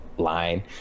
line